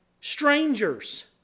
Strangers